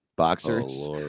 boxers